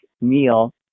meal